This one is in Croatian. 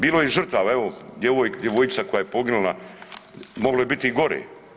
Bilo je i žrtava, evo djevojčica koja je poginula, moglo je biti i gore.